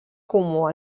comú